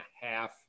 half